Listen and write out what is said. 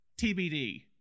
TBD